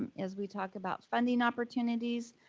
as we talk about funding opportunities,